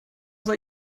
soll